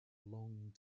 long